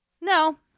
No